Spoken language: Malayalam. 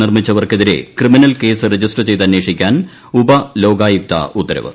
നിർമിച്ചവർക്കെതിരെ ക്രിമിനൽ കേസ് രജിസ്റ്റർ ചെയ്ത് അന്വേഷിക്കാൻ ഉപ ലോകായുക്ത ഉത്തരവ്